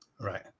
Right